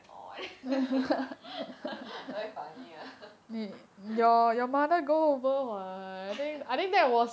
very funny ah